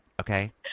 Okay